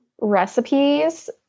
recipes